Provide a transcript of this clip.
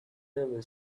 railway